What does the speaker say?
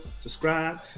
subscribe